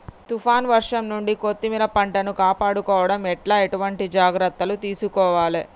తుఫాన్ వర్షం నుండి కొత్తిమీర పంటను కాపాడుకోవడం ఎట్ల ఎటువంటి జాగ్రత్తలు తీసుకోవాలే?